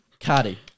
Cardi